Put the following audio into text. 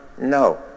No